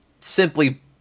simply